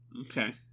Okay